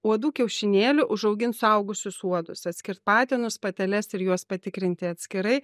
uodų kiaušinėlių užaugint suaugusius uodus atskirt patinus pateles ir juos patikrinti atskirai